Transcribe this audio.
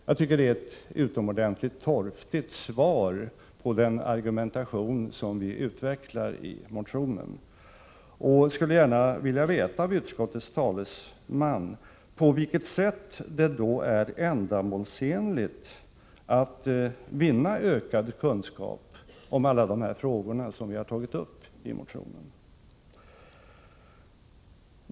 Jag tycker att det är ett utomordentligt torftigt svar på den argumentation som vi utvecklar i motionen och skulle gärna av utskottets talesman vilja få besked om på vilket sätt det då är ändamålsenligt att vinna ökad kunskap om alla de frågor som vi tagit upp i motionen.